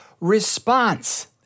response